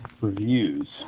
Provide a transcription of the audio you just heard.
Reviews